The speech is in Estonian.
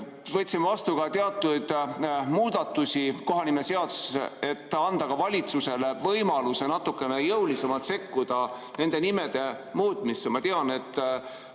võtsime vastu ka teatud muudatusi kohanimeseaduses, et anda valitsusele võimalus natukene jõulisemalt sekkuda nende nimede muutmisse. Ma tean, et